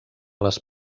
les